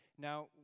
Now